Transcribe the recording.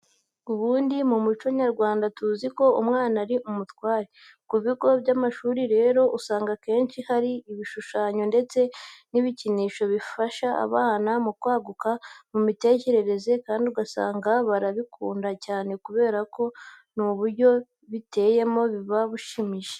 Ubundi mu muco nyarwanda tuzi ko umwana ari umutware. Ku bigo by'amashuri rero usanga akenshi hari ibishushanyo ndetse n'ibikinisho bifasha abana mu kwaguka mu mitekerereze kandi ugasanga barabikunda cyane kubera ko n'uburyo biteyemo buba bushimishije.